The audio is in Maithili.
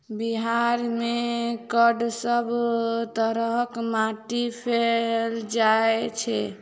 बिहार मे कऽ सब तरहक माटि पैल जाय छै?